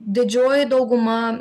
didžioji dauguma